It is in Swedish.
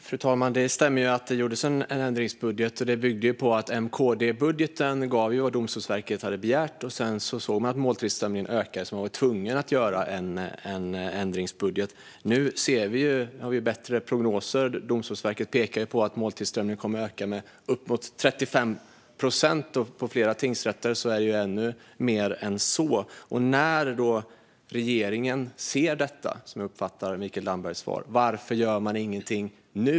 Fru talman! Det stämmer att det gjordes en ändringsbudget, och det byggde på att M-KD-budgeten gav vad Domstolsverket hade begärt. Sedan såg man att måltillströmningen ökade, så man var tvungen att göra en ändringsbudget. Nu har vi bättre prognoser. Domstolsverket pekar på att måltillströmningen kommer att öka med uppemot 35 procent, och på flera tingsrätter är det ännu mer. När regeringen ser detta - det är så jag uppfattar Mikael Dambergs svar - undrar jag: Varför görs ingenting nu?